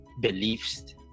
beliefs